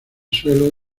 suelo